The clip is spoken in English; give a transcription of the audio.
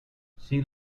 sea